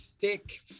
thick